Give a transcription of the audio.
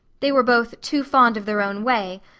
they were both too fond of their own way,